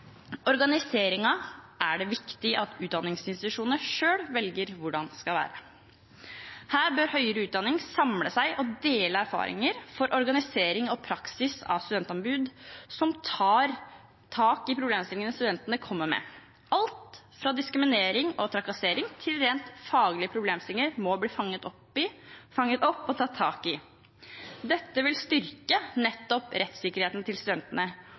er det viktig at utdanningsinstitusjonene selv velger hvordan skal være. Her bør høyere utdanning samle seg og dele erfaringer for organisering og praksis av studentombud som tar tak i problemstillingene studentene kommer med. Alt fra diskriminering og trakassering til rent faglige problemstillinger må bli fanget opp og tatt tak i. Dette vil styrke nettopp rettssikkerheten til studentene